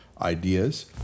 ideas